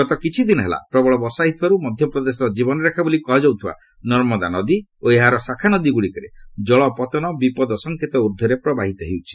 ଗତ କିଛିଦିନ ହେଲା ପ୍ରବଳ ବର୍ଷା ହେଉଥିବାରୁ ମଧ୍ୟପ୍ରଦେଶର ଜୀବନରେଖା ବୋଲି କୁହାଯାଉଥିବା ନର୍ମଦା ନଦୀ ଓ ଏହାର ଶାଖା ନଦୀଗୁଡ଼ିକରେ ଜଳପତନ ବିପଦ ସଙ୍କେତ ଉର୍ଦ୍ଧ୍ୱରେ ପ୍ରବାହିତ ହେଉଛି